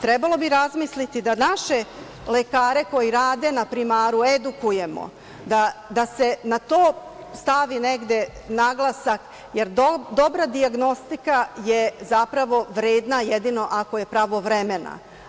Trebalo bi razmisliti da naše lekare koji rade na primaru, edukujemo, da se na to stavi naglasak, jer dobra dijagnostika je, zapravo, vredna jedino ako je pravovremena.